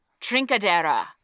Trincadera